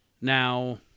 Now